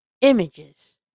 images